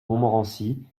montmorency